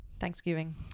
Thanksgiving